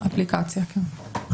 אפליקציה, כן.